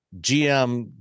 GM